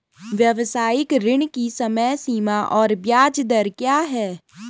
व्यावसायिक ऋण की समय सीमा और ब्याज दर क्या है?